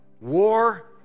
war